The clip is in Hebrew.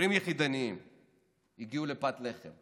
הורים יחידניים הגיעו לפת לחם.